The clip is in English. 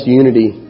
unity